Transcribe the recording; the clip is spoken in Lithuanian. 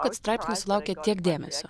kad straipsnis sulaukė tiek dėmesio